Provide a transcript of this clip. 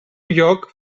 lloc